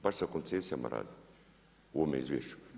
Baš se o koncesijama radi u ovome izvješću.